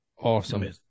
Awesome